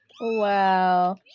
Wow